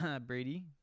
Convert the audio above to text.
Brady